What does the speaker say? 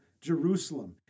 Jerusalem